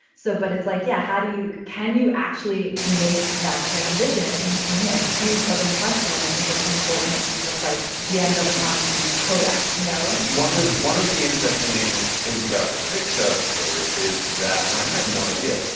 so but it's like yeah how do you can you actually make that transition it seems to me a huge open question and i think there's some quote in the piece that's like gm doesn't want to be kodak you know one of one of the interesting things about the kickstarter story is that and i have no idea